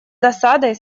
досадой